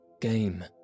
game